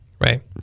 Right